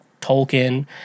Tolkien